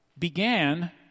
began